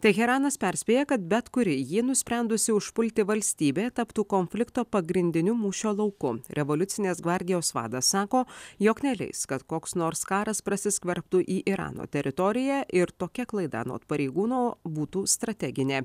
teheranas perspėja kad bet kuri jį nusprendusi užpulti valstybė taptų konflikto pagrindiniu mūšio lauku revoliucinės gvardijos vadas sako jog neleis kad koks nors karas prasiskverbtų į irano teritoriją ir tokia klaida anot pareigūno būtų strateginė